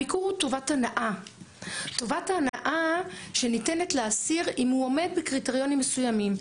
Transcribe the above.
הביקור הוא טובת הנאה שניתנת לאסיר אם הוא עומד בקריטריונים מסוימים.